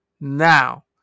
now